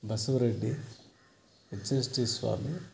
Basav Reddy H S G Swami